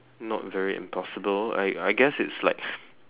not very impossible I I guess it's like